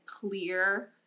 clear